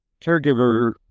Caregiver